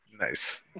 Nice